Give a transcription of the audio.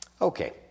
Okay